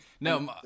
No